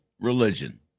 religion